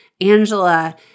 Angela